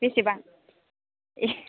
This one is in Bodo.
बेसेबां ए